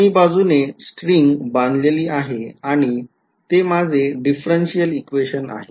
दोन्ही बाजूने स्ट्रिंग बांधलेली आहे आणि ते माझे differential equation आहे